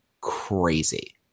crazy